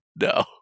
No